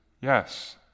yes